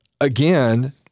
again